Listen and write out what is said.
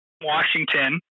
Washington